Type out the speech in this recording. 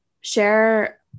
share